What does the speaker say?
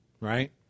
right